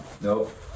nope